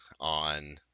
on